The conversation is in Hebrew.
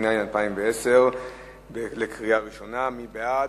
התש"ע 2010. מי בעד?